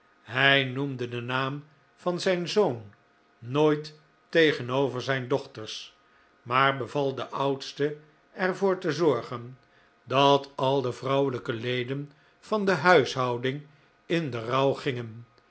hij noemde den naam van zijn zoon nooit tegenover zijn dochters maar beval de oudste er voor te zorgen dat al de vrouwelijke leden van de huishouding in den rouw gingen